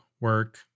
work